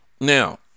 Now